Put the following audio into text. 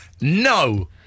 No